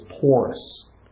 porous